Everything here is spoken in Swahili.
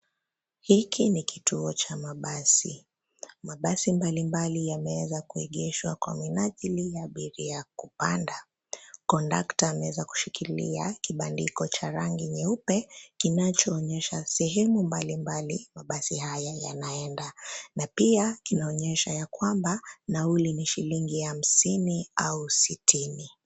Hiki ni kituo cha mabasi. Mabasi mbalimbali yameweza kuegeshwa kwa minajili ya abiria kupanda. Kondakta ameweza kushikilia kibandiko cha rangi nyeupe kinachoonyesha sehemu mbalimbali mabasi haya yanaenda na pia kinaonyesha ya kwamba nauli ni shilingi hamsini au sitini.